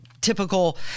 typical